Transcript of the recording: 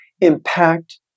impact